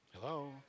hello